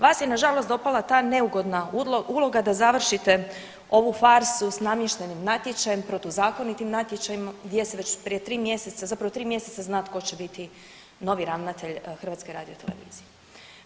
Vas je nažalost dopala ta neugodna uloga da završite ovu farsu s namještenim natječajem, protuzakonitim natječajem gdje se već prije 3 mjeseca, zapravo 3 mjeseca zna tko će biti novi ravnatelj HRT-a.